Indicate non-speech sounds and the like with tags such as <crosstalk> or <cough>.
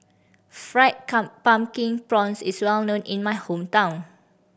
fried <unintelligible> pumpkin prawns is well known in my hometown